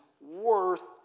worth